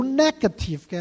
negative